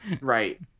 Right